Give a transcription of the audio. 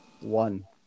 one